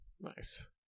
Nice